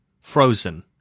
frozen